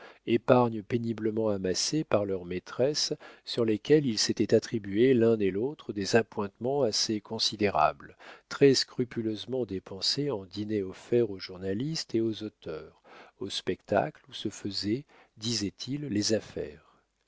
épargnes péniblement amassées par leurs maîtresses sur lesquels ils s'étaient attribué l'un et l'autre des appointements assez considérables très scrupuleusement dépensés en dîners offerts aux journalistes et aux auteurs au spectacle où se faisaient disaient-ils les affaires